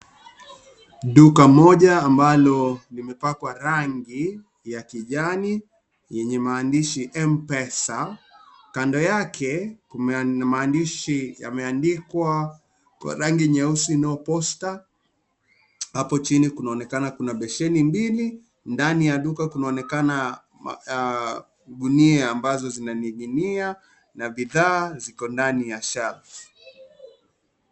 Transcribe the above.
Duka moja ambalo limepakwa rangi ya kijani lenye maandishi mpesa. kando yake maandishi yameandikwa kwa rangi nyeusi no poster . Hapo chini kunaonekana kuna besheni mbili. Ndani ya duka kunaonekana gunia ambazo zinaning'inia na bidhaa ziko ndani ya shelf .